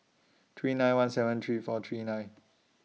three nine one seven three four three nine